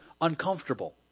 uncomfortable